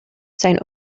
zijn